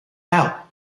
out